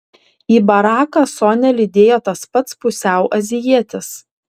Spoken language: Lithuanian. į baraką sonią lydėjo tas pats pusiau azijietis